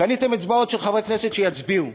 קניתם אצבעות של חברי כנסת שיצביעו.